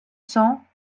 cents